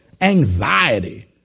anxiety